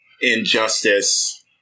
injustice